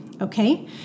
okay